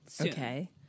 Okay